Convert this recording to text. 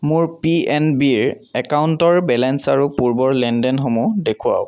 মোৰ P N B ৰ একাউণ্টৰ বেলেঞ্চ আৰু পূৰ্বৰ লেনদেনসমূহ দেখুৱাওক